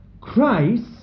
Christ